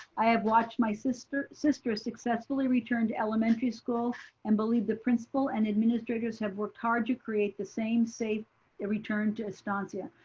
i have watched my sister sister successfully return to elementary school and believe the principal and administrators have worked hard to create the same safe ah return to estancia.